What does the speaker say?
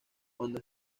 cuando